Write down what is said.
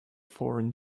foreign